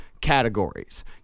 categories